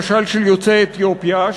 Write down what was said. למשל של יוצאי אתיופיה,